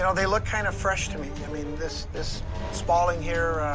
so they look kind of fresh to me. i mean, this this spalling here,